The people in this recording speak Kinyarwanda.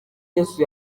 yesu